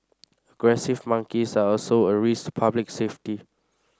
aggressive monkeys are also a risk public safety